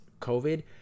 covid